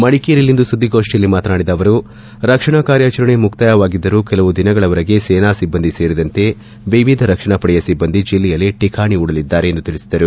ಮಡಿಕೇರಿಯಲ್ಲಿಂದು ಸುದ್ಲಿಗೋಷ್ನಿಯಲ್ಲಿ ಮಾತನಾಡಿದ ಅವರು ರಕ್ಷಣಾ ಕಾರ್ಯಾಚರಣೆ ಮುಕ್ತಾಯವಾಗಿದ್ದರೂ ಕೆಲವು ದಿನಗಳವರೆಗೆ ಸೇನಾ ಸಿಬ್ಬಂದಿ ಸೇರಿದಂತೆ ವಿವಿಧ ರಕ್ಷಣಾ ಪಡೆಯ ಸಿಬ್ಬಂದಿ ಜಿಲ್ಲೆಯಲ್ಲಿ ತಿಕಾಣಿ ಹೂಡಲಿದ್ದಾರೆ ಎಂದು ತಿಳಿಸಿದರು